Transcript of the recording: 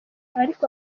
ariko